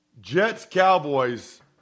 Jets-Cowboys